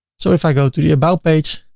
so if i go to the about page,